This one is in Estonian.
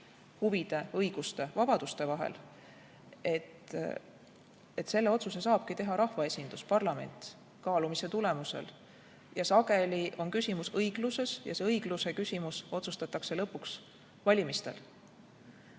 huvide, õiguste, vabaduste vahel, selle otsuse saabki teha rahvaesindus, parlament kaalumise tulemusel. Sageli on küsimus õigluses ja see õigluse küsimus otsustatakse lõpuks valimistel.